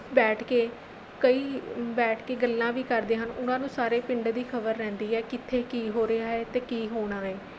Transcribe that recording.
ਬੈਠ ਕੇ ਕਈ ਬੈਠ ਕੇ ਗੱਲਾਂ ਵੀ ਕਰਦੇ ਹਨ ਉਹਨਾਂ ਨੂੰ ਸਾਰੇ ਪਿੰਡ ਦੀ ਖਬਰ ਰਹਿੰਦੀ ਹੈ ਕਿੱਥੇ ਕੀ ਹੋ ਰਿਹਾ ਹੈ ਅਤੇ ਕੀ ਹੋਣਾ ਹੈ